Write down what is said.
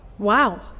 Wow